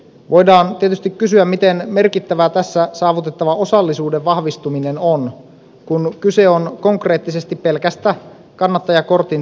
voidaan tietysti kysyä miten merkittävää tässä saavutettava osallisuuden vahvistuminen on kun kyse on konkreettisesti pelkästä kannattajakortin täyttämisestä